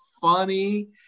funny